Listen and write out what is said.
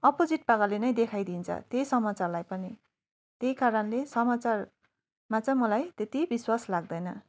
opposite प्रकारले नै देखाइ दिन्छ त्यही समाचारलाई पनि त्यही कारणले समाचारमा चाहिँ मलाई त्यति विश्वास लाग्दैन